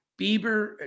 Bieber